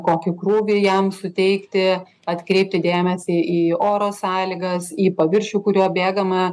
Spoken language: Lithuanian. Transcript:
kokį krūvį jam suteikti atkreipti dėmesį į oro sąlygas į paviršių kuriuo bėgama